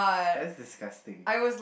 that's disgusting